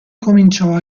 cominciò